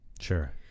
Sure